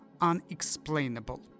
unexplainable